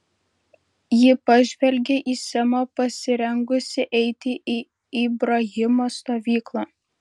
ji pažvelgė į semą pasirengusį eiti į ibrahimo stovyklą